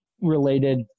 related